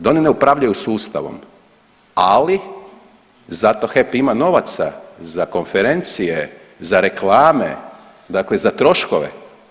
Da oni ne upravljaju sustavom, ali zato HEP ima novaca za konferencije, za reklame, dakle za troškove.